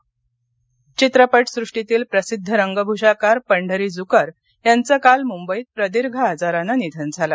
पंढरी जकर चित्रपटसृष्टीतील प्रसिद्ध रंगभूषाकार पंढरी जुकर यांचे काल मुंबईत प्रदीर्घ आजारानं निधन झालं